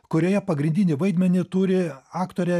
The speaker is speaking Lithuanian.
kurioje pagrindinį vaidmenį turi aktorė